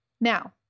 Now